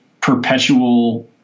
perpetual